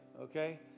okay